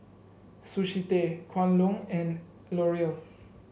Sushi Tei Kwan Loong and L'Oreal